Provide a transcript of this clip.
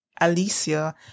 alicia